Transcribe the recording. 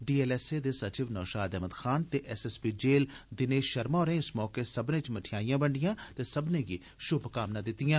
DLSA दे सचिव नौषाद अहमद खान ते एसएसपी जेल दिनेष षर्मा होरें इस मौके सभनें च मठेयाईयां बंडियां ते षुभकामनां दित्तियां